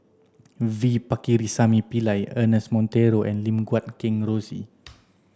V Pakirisamy Pillai Ernest Monteiro and Lim Guat Kheng Rosie